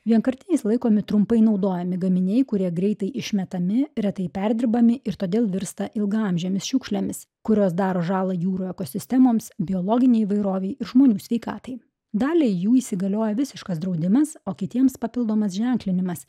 vienkartiniais laikomi trumpai naudojami gaminiai kurie greitai išmetami retai perdirbami ir todėl virsta ilgaamžėmis šiukšlėmis kurios daro žalą jūrų ekosistemoms biologinei įvairovei ir žmonių sveikatai daliai jų įsigalioja visiškas draudimas o kitiems papildomas ženklinimas